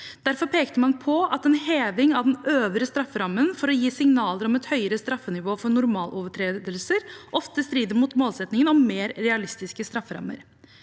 Derfor pekte man på at en heving av den øvre strafferammen for å gi signaler om et høyere straffenivå for normalovertredelser ofte strider mot målsettingen om mer realistiske strafferammer.